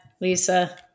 lisa